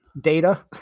Data